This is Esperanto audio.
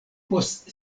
post